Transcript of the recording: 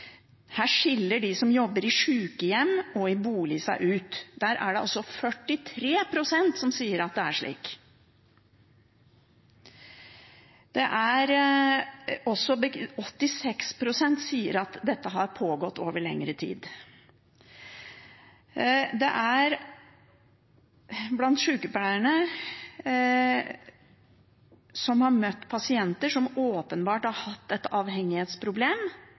Her skiller de som jobber i sykehjem og i bolig seg ut. Der er det 43 pst. som sier at det er slik. 86 pst. sier også at dette har pågått over lengre tid. Blant sykepleiere som har møtt pasienter som åpenbart har hatt et avhengighetsproblem,